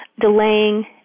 delaying